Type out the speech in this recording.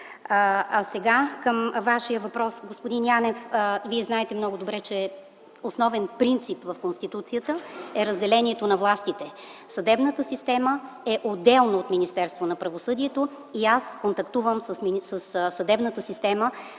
А сега към Вашия въпрос. Господин Янев, Вие знаете много добре, че основен принцип в Конституцията е разделението на властите. Съдебната система е отделно от Министерството на правосъдието и аз контактувам със съдебната система